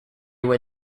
were